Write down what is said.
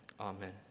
Amen